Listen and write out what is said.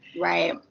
Right